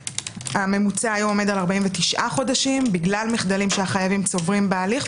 הממוצע היום עומד על 49 חודשים בגלל מחדלים שהחייבים צוברים בהליך,